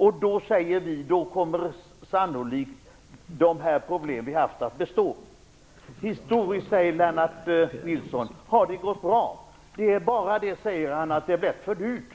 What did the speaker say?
Vi menar att de problem vi har haft i så fall sannolikt kommer att bestå. Historiskt, säger Lennart Nilsson, har det gått bra. Det är bara det, säger han, att det blev för dyrt.